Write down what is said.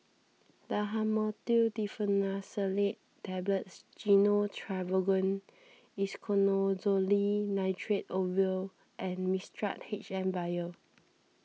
Dhamotil Diphenoxylate Tablets Gyno Travogen Isoconazole Nitrate Ovule and Mixtard H M Vial